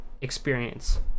experience